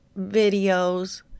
videos